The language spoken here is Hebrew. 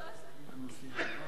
צער בעלי-חיים),